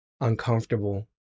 uncomfortable